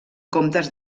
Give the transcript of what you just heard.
comptes